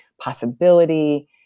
possibility